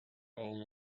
own